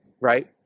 right